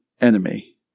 Enemy